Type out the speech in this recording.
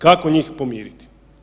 Kako njih pomiriti?